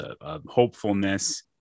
hopefulness